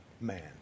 man